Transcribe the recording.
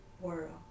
world